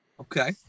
Okay